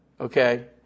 Okay